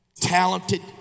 talented